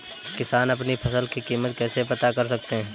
किसान अपनी फसल की कीमत कैसे पता कर सकते हैं?